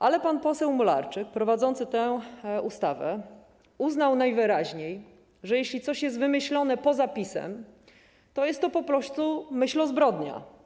Ale pan poseł Mularczyk prowadzący prace nad tą ustawą uznał najwyraźniej, że jeśli coś jest wymyślone poza PiS-em, to jest to po prostu myślozbrodnia.